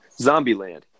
Zombieland